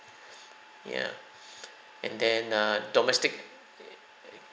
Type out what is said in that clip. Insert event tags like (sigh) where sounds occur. (breath) ya (breath) and then err domestic